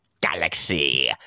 galaxy